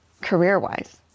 career-wise